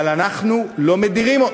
אבל אנחנו לא מדירים,